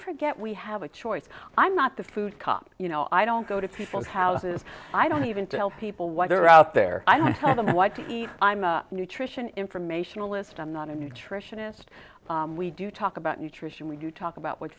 forget we have a choice i'm not the food cop you know i don't go to people's houses i don't even tell people why they're out there i don't tell them what to eat i'm a nutrition information alist i'm not a nutritionist we do talk about nutrition when you talk about what